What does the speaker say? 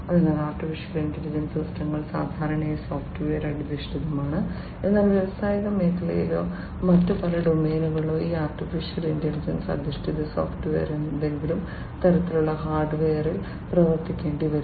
അതിനാൽ AI സിസ്റ്റങ്ങൾ സാധാരണയായി സോഫ്റ്റ്വെയർ അധിഷ്ഠിതമാണ് എന്നാൽ വ്യാവസായിക മേഖലയിലോ മറ്റ് പല ഡൊമെയ്നുകളിലോ ഈ AI അധിഷ്ഠിത സോഫ്റ്റ്വെയർ ഏതെങ്കിലും തരത്തിലുള്ള ഹാർഡ്വെയറിൽ പ്രവർത്തിക്കേണ്ടി വരും